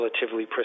relatively